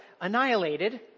annihilated